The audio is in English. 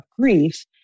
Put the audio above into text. grief